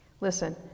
listen